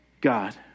God